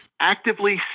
actively